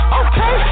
okay